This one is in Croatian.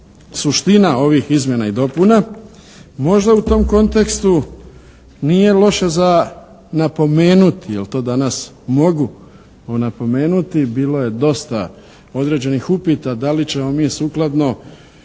suština ovih izmjena i dopuna. Možda u tom kontekstu nije loše za napomenuti, jer to danas mogu, napomenuti, bilo je dosta određenih upita da li ćemo mi sukladno